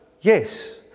Yes